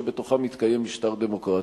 שבתוכה מתקיים משטר דמוקרטי.